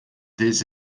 this